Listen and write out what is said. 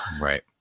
right